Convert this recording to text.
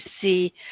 see